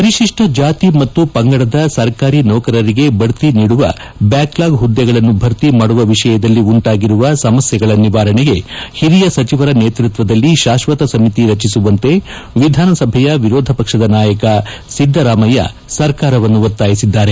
ಪರಿಶಿಷ್ಟ ಜಾತಿ ಮತ್ತು ಪಂಗಡದ ಸರ್ಕಾರಿ ನೌಕರರಿಗೆ ಬದ್ತಿ ನೀಡುವ ಬ್ಯಾಕ್ಲಾಗ್ ಹುದ್ದೆಗಳನ್ನು ಭರ್ತಿ ಮಾಡುವ ವಿಷಯದಲ್ಲಿ ಉಂಟಾಗಿರುವ ಸಮಸ್ಲೆಗಳ ನಿವಾರಣೆಗೆ ಹಿರಿಯ ಸಚಿವರ ನೇತೃತ್ವದಲ್ಲಿ ಶಾಶ್ವತ ಸಮಿತಿ ರಚಿಸುವಂತೆ ವಿಧಾನಸಭೆಯ ವಿರೋಧ ಪಕ್ಷದ ನಾಯಕ ಸಿದ್ದರಾಮಯ್ಯ ಸರ್ಕಾರವನ್ನು ಒತಾಯಿಸಿದ್ದಾರೆ